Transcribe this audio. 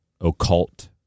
occult